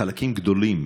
חלקים גדולים